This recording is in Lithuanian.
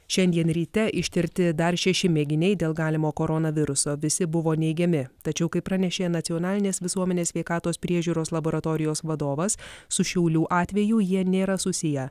šiandien ryte ištirti dar šeši mėginiai dėl galimo koronaviruso visi buvo neigiami tačiau kaip pranešė nacionalinės visuomenės sveikatos priežiūros laboratorijos vadovas su šiauliu atveju jie nėra susiję